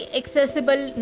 accessible